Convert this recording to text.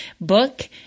book